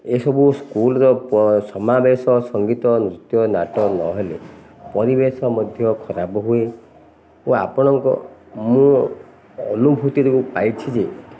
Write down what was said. ଏସବୁ ସ୍କୁଲ୍ର ସମାବେଶ ସଙ୍ଗୀତ ନୃତ୍ୟ ନାଟ ନହେଲେ ପରିବେଶ ମଧ୍ୟ ଖରାପ ହୁଏ ଓ ଆପଣଙ୍କ ମୁଁ ଅନୁଭୂତି ପାଇଛି ଯେ